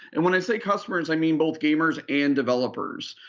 and when i say customers, i mean both gamers and developers.